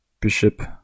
bishop